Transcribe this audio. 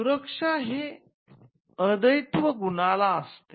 सुरक्षा हे अद्वैत्व गुणाला असते